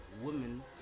women